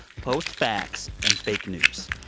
post-facts and fake news.